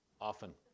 often